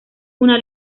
una